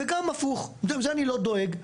גם הפוך, לזה אני לא דואג.